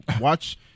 watch